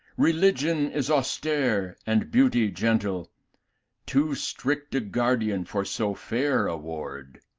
religion is austere and beauty gentle too strict a guardian for so fair a ward!